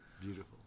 beautiful